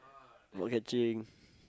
block catching